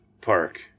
Park